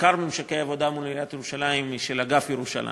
עיקר ממשקי העבודה מול עיריית ירושלים הם של אגף ירושלים,